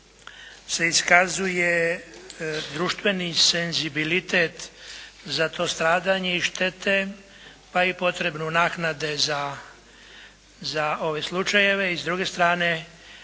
se iskazuje društveni senziblitet za to stradanje i štete pa i potrebu naknade za ove slučajeve i s druge strane